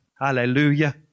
Hallelujah